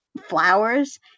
flowers